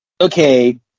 okay